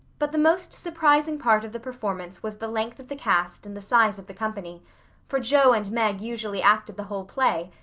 but the most surprising part of the performance was the length of the cast and the size of the company for jo and meg usually acted the whole play,